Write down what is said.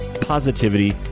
positivity